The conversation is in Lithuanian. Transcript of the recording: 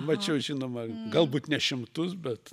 mačiau žinoma galbūt ne šimtus bet